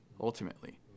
ultimately